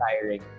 tiring